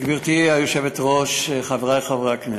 גברתי היושבת-ראש, חברי חברי הכנסת,